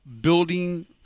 building